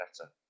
better